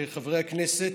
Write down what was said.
חברי הכנסת,